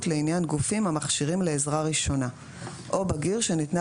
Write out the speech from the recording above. לעניין גופים המכשירים לעזרה ראשונה או בגיר שניתנה